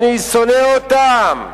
אני שונא אותם.